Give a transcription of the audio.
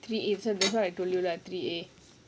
three A so that's why I told you lah three A